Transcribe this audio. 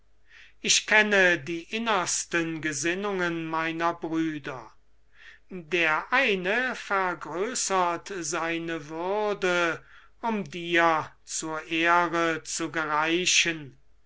ich kenne die innersten gesinnungen meiner brüder der eine vergrößert seine würde um dir zur ehre zu gereichen